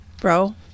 Bro